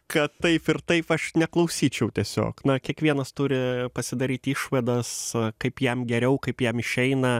kad taip ir taip aš neklausyčiau tiesiog na kiekvienas turi pasidaryti išvadas kaip jam geriau kaip jam išeina